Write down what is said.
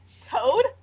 Toad